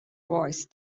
voice